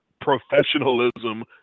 professionalism